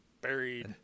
buried